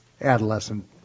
adolescent